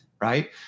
right